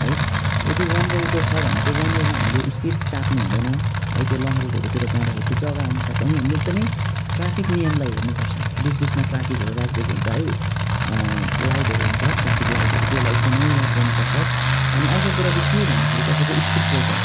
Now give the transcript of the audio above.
है यदि वान वेको छ भने त्यो वान वेमा हामीले स्पिड चाप्नु हुँदैन है त्यो लङ रुटहरूतिर जाँदाखेरि त्यो जग्गाअनुसार पनि हामीले एकदमै ट्राफिक नियमलाई हेर्नु पर्छ बिच बिचमा ट्राफिकहरू राखिदिएको हुन्छ है लाइटहरू हुन्छ ट्राफिक लाइटहरू त्यसलाई एकदमै याद गर्नुपर्छ अनि अर्को कुरा चाहिँ के भन्दाखेरि तपाईँको स्पिड ब्रेकर